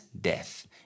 death